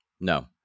No